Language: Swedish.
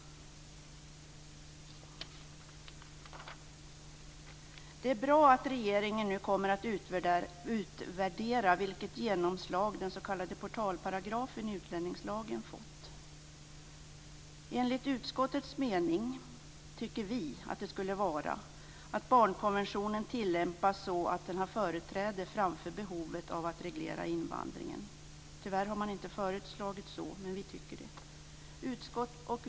Det är bra att regeringen nu kommer att utvärdera vilket genomslag den s.k. portalparagrafen i utlänningslagen fått. Vi tycker att det borde vara utskottets mening att barnkonventionen skall tillämpas så, att den har företräde framför behovet av att reglera invandringen. Tyvärr har man inte föreslagit det, men vi tycker så.